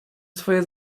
swoje